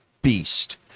beast